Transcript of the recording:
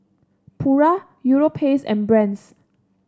Pura Europace and Brand's